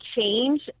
change